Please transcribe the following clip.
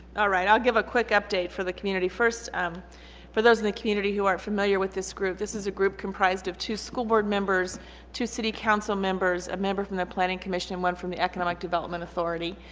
alright i'll give a quick update for the community first um for those in the community who aren't familiar with this group this is a group comprised of two school board members two city council members a member from the planning commission and one from the economic development authority.